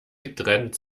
getrennt